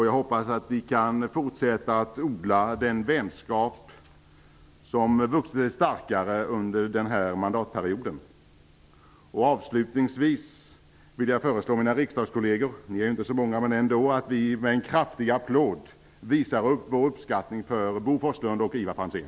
Jag hoppas att vi kan fortsätta att odla den vänskap som har vuxit sig starkare under denna mandatperiod. Avslutningsvis vill jag föreslå mina riksdagskolleger -- det är inte så många här, men ändå -- att vi med en kraftig applåd visar vår uppskattning för Bo Forslund och Ivar Franzén.